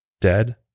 dead